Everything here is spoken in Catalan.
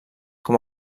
com